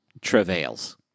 travails